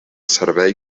servei